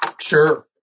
Sure